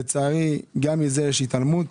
לצערי גם מזה יש התעלמות